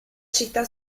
città